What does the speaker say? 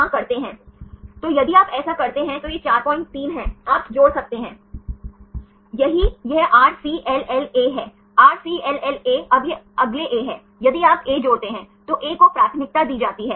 तो यदि आप ऐसा करते हैं तो यह 43 है आप जोड़ सकते हैं सही यह RCLLA है RCLLA अब यह अगले A है यदि आप A जोड़ते हैं तो A को प्राथमिकता दी जाती है